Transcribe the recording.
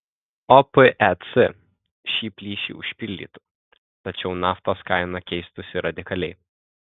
opec šį plyšį užpildytų tačiau naftos kaina keistųsi radikaliai